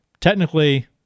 technically